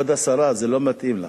כבוד השרה, זה לא מתאים לך.